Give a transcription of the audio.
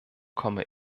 komme